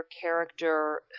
character